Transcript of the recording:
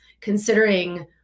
considering